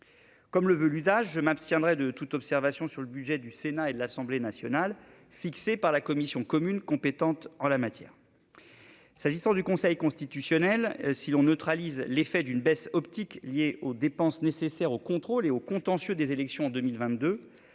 Comme le veut l'usage, je m'abstiendrai de toute observation sur le budget du Sénat et de l'Assemblée nationale, fixés par la commission commune compétente en la matière. Pour ce qui concerne le Conseil constitutionnel, si l'on neutralise l'effet d'une baisse optique liée aux dépenses nécessaires au contrôle et au contentieux des élections en 2022,